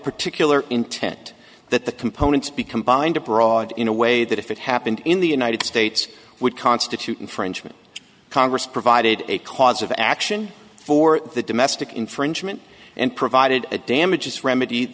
particular intent that the components be combined abroad in a way that if it happened in the united states would constitute infringement congress provided a cause of action for the domestic infringement and provided the damages remed